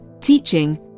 teaching